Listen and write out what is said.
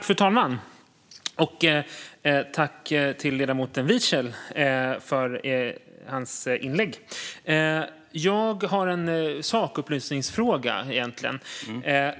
Fru talman! Tack till ledamoten Wiechel för hans inlägg! Jag har en sakupplysningsfråga.